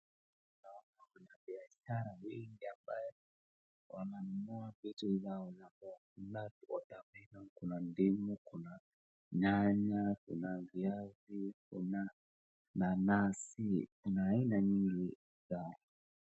Naona wanabiashara wengi ambao wananunua vitu zao hapo, kuna ndimu kuna nyanya kuna viazi kuna nanasi, kuna aina nyingi za.